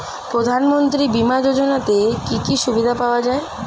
প্রধানমন্ত্রী বিমা যোজনাতে কি কি সুবিধা পাওয়া যায়?